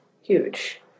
huge